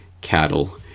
cattle